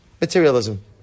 Materialism